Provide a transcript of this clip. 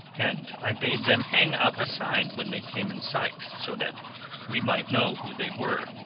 and i bade them hang out a sign when they came in sight, so that we might know who they were.